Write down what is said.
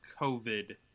COVID